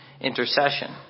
intercession